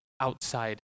outside